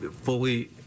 fully